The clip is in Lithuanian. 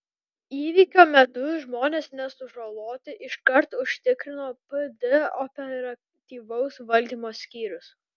įvykio metu žmonės nesužaloti iškart užtikrino pd operatyvaus valdymo skyrius